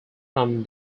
from